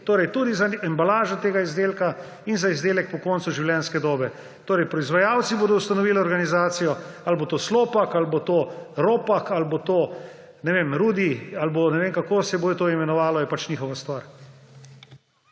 Torej tudi za embalažo tega izdelka in za izdelek po koncu življenjske dobe. Torej, proizvajalci bodo ustanovili organizacijo; ali bo to Slopak, ali bo to Ropak, ali bo to, ne vem, Rudi ali bo … Ne vem, kako se bo to imenovalo, je pač njihova stvar.